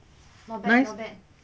nice